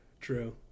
True